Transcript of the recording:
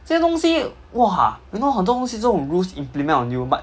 这些东西 !wah! you know 很多东西这种 rules implement on you but